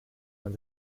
man